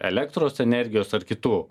elektros energijos ar kitų